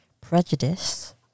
prejudice